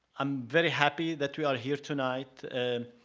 i'm very happy that we are here tonight.